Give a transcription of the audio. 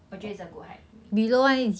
我觉得 it's a good height for me